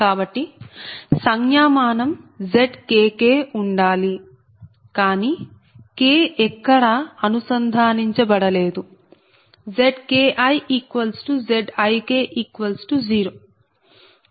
కాబట్టి సంజ్ఞామానం Zkk ఉండాలి కానీ k ఎక్కడా అనుసంధానించబడ లేదు ZkiZik0 i12n